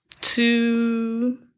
two